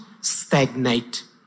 stagnate